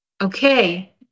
okay